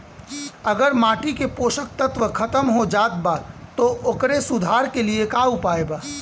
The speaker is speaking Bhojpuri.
अगर माटी के पोषक तत्व खत्म हो जात बा त ओकरे सुधार के लिए का उपाय बा?